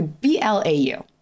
B-L-A-U